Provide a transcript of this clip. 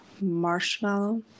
marshmallow